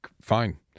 fine